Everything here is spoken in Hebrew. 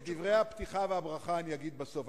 את דברי הפתיחה והברכה אני אגיד בסוף.